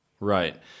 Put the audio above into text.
Right